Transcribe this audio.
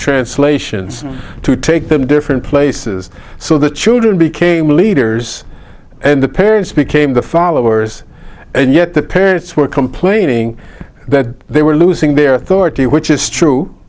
translations to take them different places so the children became leaders and the parents became the followers and yet the parents were complaining that they were losing their authority which is true